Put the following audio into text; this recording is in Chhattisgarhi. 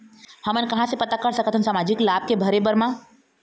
हमन कहां से पता कर सकथन सामाजिक लाभ के भरे बर मा?